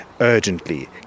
urgently